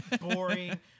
boring